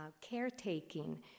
caretaking